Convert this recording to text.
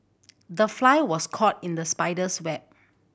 the fly was caught in the spider's web